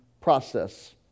process